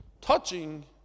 Touching